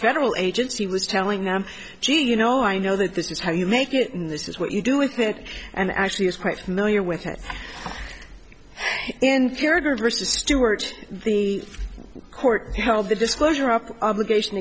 federal agents he was telling them gee you know i know that this is how you make it in this is what you do with it and actually it's private no you're with it and character versus stewart the court held the disclosure up obligation